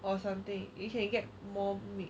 or something you can you get more meat